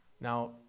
Now